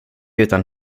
utan